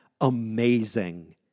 amazing